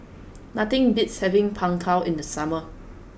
nothing beats having png tao in the summer